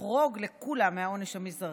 לחרוג לקולא מהעונש המזערי.